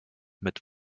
mit